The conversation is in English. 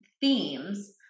themes